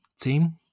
team